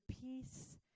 peace